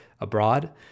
abroad